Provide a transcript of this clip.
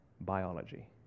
biology